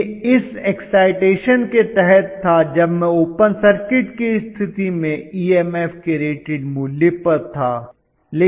यह इस एक्साइटेशन के तहत था जब मैं ओपन सर्किट की स्थिति में ईएमएफ के रेटेड मूल्य पर था